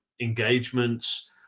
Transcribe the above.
engagements